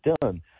done